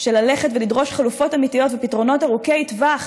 של ללכת ולדרוש חלופות אמיתיות ופתרונות ארוכי טווח,